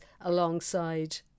alongside